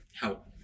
help